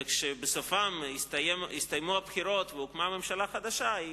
וכשבסופם הסתיימו הבחירות והוקמה ממשלה חדשה היא